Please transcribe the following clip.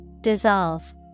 Dissolve